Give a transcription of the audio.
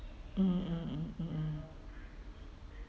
mm mmhmm